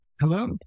Hello